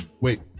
Wait